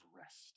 rest